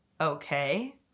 Okay